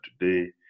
today